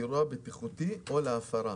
"אירוע בטיחותי או להפרה".